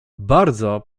bardzo